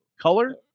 color